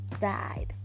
died